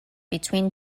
between